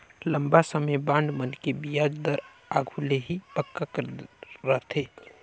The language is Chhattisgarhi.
लंबा समे बांड मन के बियाज दर आघु ले ही पक्का कर रथें